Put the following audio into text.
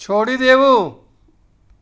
છોડી દેવું